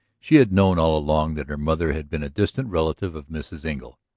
she had known all along that her mother had been a distant relative of mrs. engle,